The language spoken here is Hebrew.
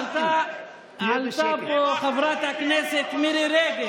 עלתה פה חברת הכנסת מירי רגב